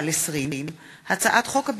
פ/2414/20 וכלה בהצעת חוק פ/2463/20,